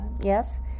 Yes